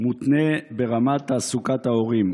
מותנה ברמת תעסוקת ההורים.